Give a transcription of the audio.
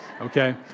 Okay